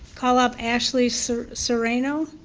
call up ashley so serino.